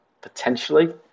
potentially